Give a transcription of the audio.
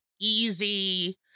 easy